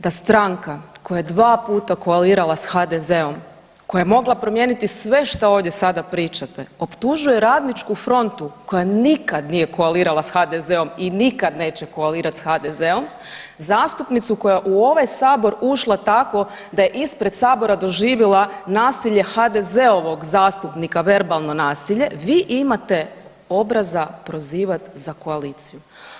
Ta stranka koja je dva puta koalirala s HDZ-om, koja je mogla promijeniti sve što ovdje sada pričate, optužuje Radničku frontu koja nikad nije koalirala s HDZ-om i nikad neće koalirati s HDZ-om, zastupnicu koja u ovaj Sabor ušla tako da je ispred Sabora doživila nasilje HDZ-ovog zastupnika, verbalno nasilje, vi imate obraza prozivati za koaliciju.